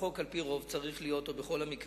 ובחוק צריך להיות דבר מוחלט.